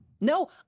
No